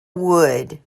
wood